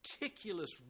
meticulous